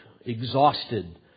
exhausted